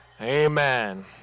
amen